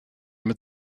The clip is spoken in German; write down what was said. mit